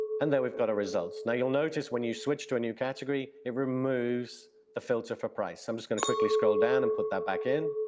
and there we've got our results. now, you'll notice when you switch to a new category it removes the filter for price. i'm just gonna quickly scroll down and put that back in.